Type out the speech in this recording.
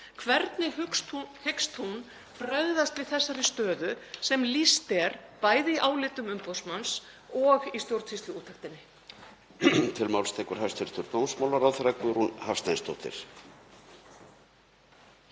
Hvernig hyggst hún bregðast við þessari stöðu sem lýst er bæði í álitum umboðsmanns og í stjórnsýsluúttektinni?